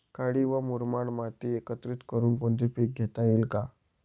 काळी व मुरमाड माती एकत्रित करुन कोणते पीक घेता येईल का?